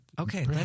Okay